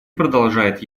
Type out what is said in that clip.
продолжает